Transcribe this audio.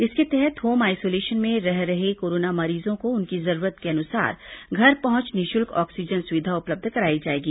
इसके तहत home isolation में रह रहे कोरोना मरीजों को उनकी जरूरत के अनुसार घर पहुंच निःशुल्क ऑक्सीजन सुविधा उपलब्ध कराई जाएगी